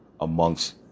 amongst